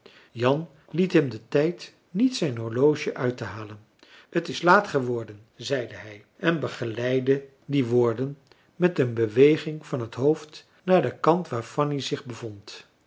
jan liet hem den tijd niet zijn horloge uit te halen marcellus emants een drietal novellen t is laat geworden zeide hij en begeleidde die woorden met een beweging van het hoofd naar den kant waar fanny zich bevond